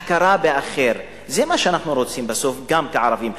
הכרה באחר, זה מה שאנחנו רוצים בסוף גם כערבים.